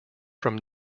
from